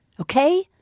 Okay